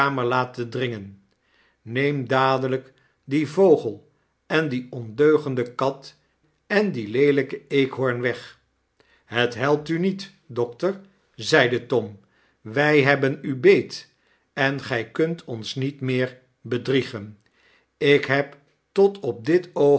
kamer laten dringenpneem dadelykdien vogel en die ondeugende kat en dien leelpen eekhoorn weg het helpt u niet dokter zeide tom wij hebben u beet en gy kunt ons niet meer bedriegen ik heb tot op dit